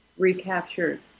recaptured